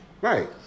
Right